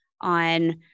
on